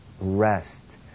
rest